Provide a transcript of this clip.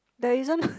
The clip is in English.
there isn't